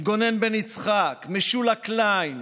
מגונן בן יצחק, משולה קליין,